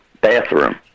bathroom